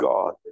God